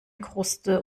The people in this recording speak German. kruste